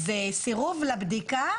אז סירוב לבדיקה,